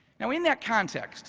now, in that context